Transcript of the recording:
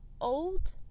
old